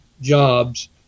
jobs